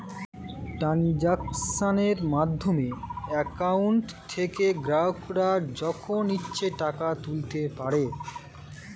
ট্রানজাক্শনের মাধ্যমে অ্যাকাউন্ট থেকে গ্রাহকরা যখন ইচ্ছে টাকা তুলতে পারে